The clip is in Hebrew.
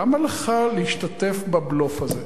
למה לך להשתתף בבלוף הזה?